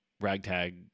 ragtag